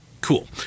cool